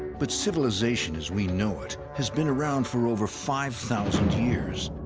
but civilization as we know it has been around for over five thousand years.